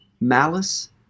malice